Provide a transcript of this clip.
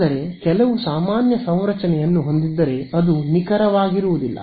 ಆದರೆ ಕೆಲವು ಸಾಮಾನ್ಯ ಸಂರಚನೆಯನ್ನು ಹೊಂದಿದ್ದರೆ ಅದು ನಿಖರವಾಗಿರುವುದಿಲ್ಲ